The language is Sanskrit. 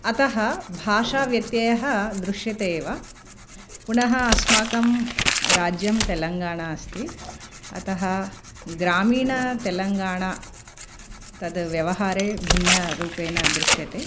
अतः भाषाव्यत्ययः दृश्यते एव पुनः अस्माकं राज्यं तेलङ्गणा अस्ति अतः ग्रामीणः तेलङ्गणा तद् व्यवहारे भिन्न रूपेण दृश्यते